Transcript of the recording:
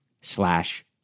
slash